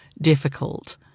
difficult